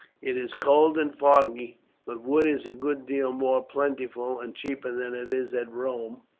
it is cold and foggy but wood is a good deal more plentiful and cheaper than it is at rome,